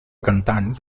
cantant